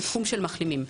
בתחום של מחלימים.